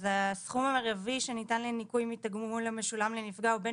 אז הסכום המירבי שניתן לתגמול המשולם לנפגע או בן